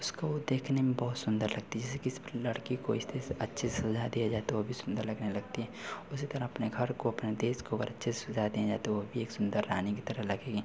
उसको देखने में बहुत सुन्दर लगती है जैसे किसी लड़की को इस तरह से अच्छे स सजा दिया जाए तो ओ भी सुन्दर लगने लगती है उसी तरह अपने घर को अपने देश को अगर अच्छे से सजा दिया जाए तो वह भी एक सुन्दर रानी की तरह लगेगा